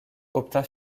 obtint